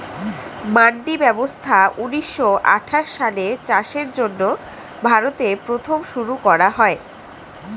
মান্ডি ব্যবস্থা ঊন্নিশো আঠাশ সালে চাষের জন্য ভারতে প্রথম শুরু করা হয়